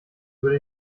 würde